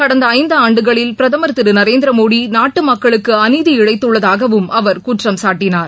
கடந்தஐந்துஆண்டுகளில் பிரதமா் திருநரேந்திரமோடிநாட்டுமக்களுக்குஅநீதி இழழத்துள்ளதாகவும் அவா குற்றம்சாட்டினார்